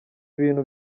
bintu